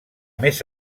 més